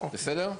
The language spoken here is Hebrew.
בסדר?